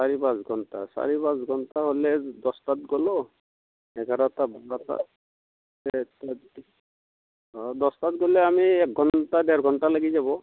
চাৰি পাঁচ ঘণ্টা চাৰি পাঁচ ঘণ্টা হ'লে দছটাত গ'লোঁ এঘাৰটা বাৰটা অঁ দহটাত গ'লে আমি একঘণ্টা ডেৰ ঘণ্টা লাগি যাব